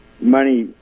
money